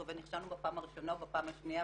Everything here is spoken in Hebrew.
ונכשלנו בפעם הראשונה ובפעם השנייה,